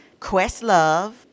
Questlove